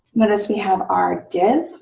notice we have our div